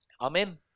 Amen